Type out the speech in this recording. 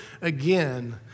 again